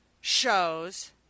shows